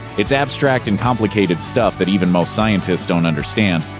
it's abstract and complicated stuff that even most scientists don't understand,